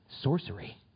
sorcery